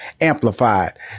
Amplified